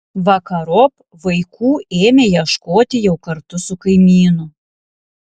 vakarop vaikų ėmė ieškoti jau kartu su kaimynu